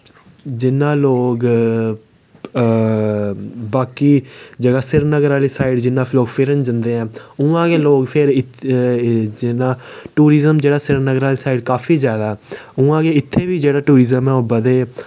जि'यां लोग बाकी श्रीनगर आह्ली साइड़ लोग फिरन जंदे ऐ उ'आं गै फिर लोग इत्थै टूरिजम जेह्ड़ा श्रीनगर आह्ली साइड़ काफी जैदा ऐ उ'आं गै इत्थै बी जेह्ड़ा टूरिजम बद्धै